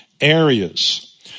areas